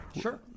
sure